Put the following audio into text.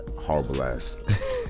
Horrible-ass